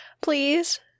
please